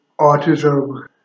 autism